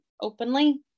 openly